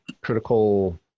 critical